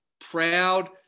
proud